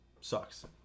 sucks